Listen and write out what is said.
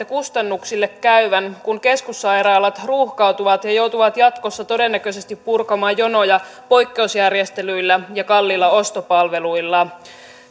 kustannuksille käyvän kun keskussairaalat ruuhkautuvat ja joutuvat jatkossa todennäköisesti purkamaan jonoja poikkeusjärjestelyillä ja kalliilla ostopalveluilla